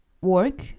work